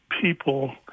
people